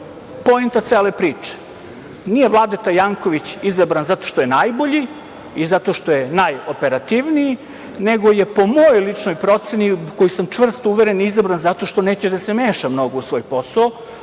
poenta cele priče. Nije Vladeta Janković izabran zato što je najbolji i zato što je najoperativniji, nego je, po mojoj ličnoj proceni u koju sam čvrsto uveren, izabran zato što neće da se meša mnogo u svoj posao,